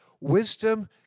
Wisdom